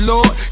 Lord